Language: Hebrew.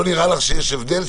לא נראה לך שיש הבדל,